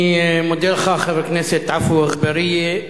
אני מודה לך, חבר הכנסת עפו אגבאריה.